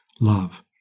love